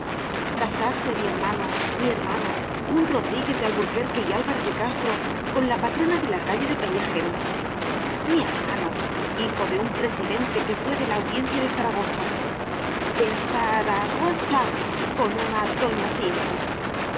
casarse mi hermano mi hermano un rodríguez de alburquerque y álvarez de castro con la patrona de la calle de pellejeros mi hermano hijo de un presidente que fué de la audiencia de zaragoza de za ra go za con una doña sinfo